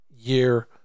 year